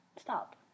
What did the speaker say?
stop